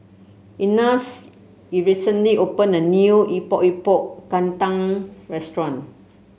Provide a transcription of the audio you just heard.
Ignatz in recently opened a new Epok Epok Kentang restaurant